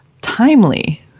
timely